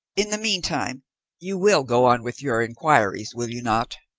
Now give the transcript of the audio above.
in the meantime you will go on with your inquiries, will you not?